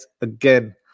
again